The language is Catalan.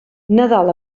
nadal